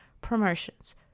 promotions